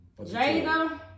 Jada